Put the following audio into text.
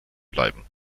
bleiben